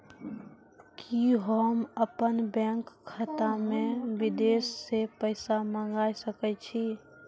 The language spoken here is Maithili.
कि होम अपन बैंक खाता मे विदेश से पैसा मंगाय सकै छी?